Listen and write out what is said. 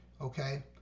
Okay